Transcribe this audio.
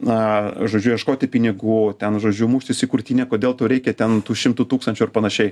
na žodžiu ieškoti pinigų ten žodžiu muštis į krūtinę kodėl tau reikia ten tų šimtų tūkstančių ar panašiai